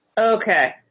Okay